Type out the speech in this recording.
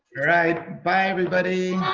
right. bye, everybody.